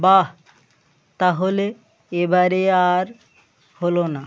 বাহ্ তাহলে এবারে আর হলো না